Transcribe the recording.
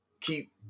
keep